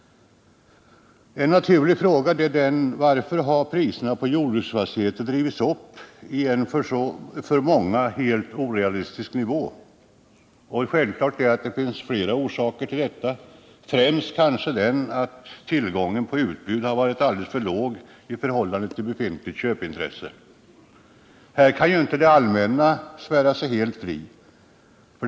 En naturlig fråga blir då: Varför har priserna på jordbruksfastigheter drivits upp till en för många helt orealistisk nivå? Självfallet är att det finns flera orsaker. Den främsta är kanske att utbudet har varit alldeles för lågt i förhållande till befintligt köpintresse. Här kan ju inte det allmänna svära sig helt fritt.